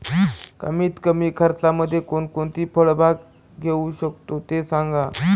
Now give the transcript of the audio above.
कमीत कमी खर्चामध्ये कोणकोणती फळबाग घेऊ शकतो ते सांगा